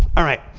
all right.